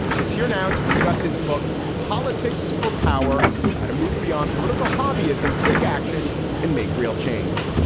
he is here now to discuss his book, politics is for power how to move beyond political hobby ism, take action and make real change